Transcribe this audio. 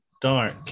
dark